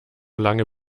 lange